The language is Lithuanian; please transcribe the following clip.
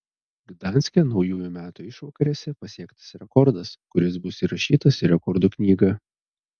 gdanske naujųjų metų išvakarėse pasiektas rekordas kuris bus įrašytas į rekordų knygą